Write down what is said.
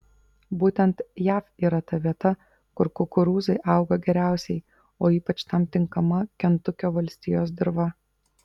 būtent jav yra ta vieta kur kukurūzai auga geriausiai o ypač tam tinkama kentukio valstijos dirva